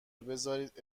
بذارید